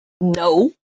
No